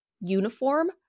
uniform